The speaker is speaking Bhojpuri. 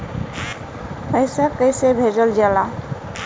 पैसा कैसे भेजल जाला?